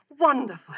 Wonderful